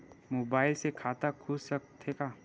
Mobile से खाता खुल सकथे का?